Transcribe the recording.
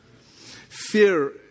Fear